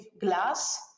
glass